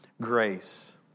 grace